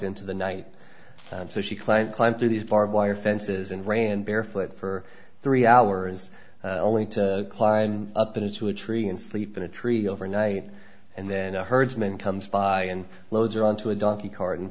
into the night so she climbed climbed through these barbed wire fences and ran barefoot for three hours only to climb up into a tree and sleep in a tree overnight and then a herdsman comes by and loaded onto a donkey cart